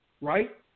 right